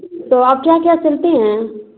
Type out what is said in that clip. तो आप क्या क्या सिलती हैं